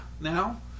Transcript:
now